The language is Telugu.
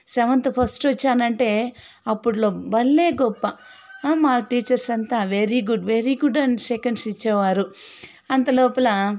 సెవెంత్ ఫస్ట్ వచ్చానంటే అప్పట్లో భలే గొప్ప మా టీచర్స్ అంతా వెరీ గుడ్ వెరీ గుడ్ అని షెకేండ్స్ ఇచ్చేవారు అంత లోపల